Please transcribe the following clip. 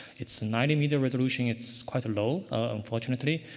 it's ninety meter resolution, it's quite low, unfortunately.